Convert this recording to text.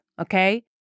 okay